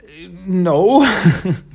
No